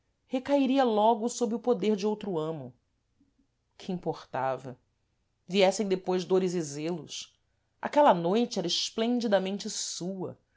instante recaíria logo sob o poder de outro amo que importava viessem depois dores e zelos aquela noite era esplêndidamente sua